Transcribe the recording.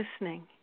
listening